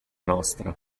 nostra